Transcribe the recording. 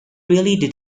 really